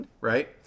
right